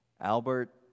Albert